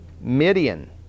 Midian